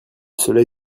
soleil